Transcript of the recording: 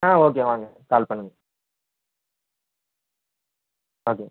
ஆ okay வாங்க call பண்ணுங்கள் okay